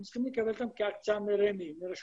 הם צריכים לקבל אותם כהקצאה מרמ"י,